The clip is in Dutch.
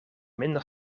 minder